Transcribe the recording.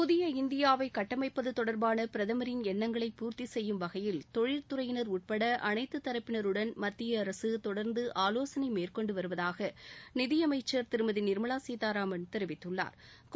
புதிய இந்தியாவை கட்டமைப்பது தொடர்பான பிரதமரின் எண்ணங்களை பூர்த்தி செய்யும் வகையில் தொழில்துறையினர் உட்பட அனைத்து தரப்பினர் உடன் மத்திய அரசு தொடர்ந்து ஆலோசனை மேற்கொண்டு வருவதாக நிதி அமைச்சள் திருமதி நிா்மலா சீதாராமன் தெரிவித்துள்ளாா்